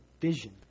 vision